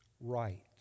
right